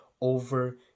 over